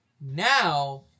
now